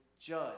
judge